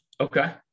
Okay